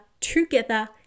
together